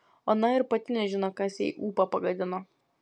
ona ir pati nežino kas jai ūpą pagadino